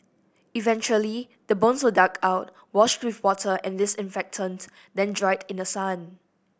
eventually the bones were dug out washed with water and disinfectant then dried in the sun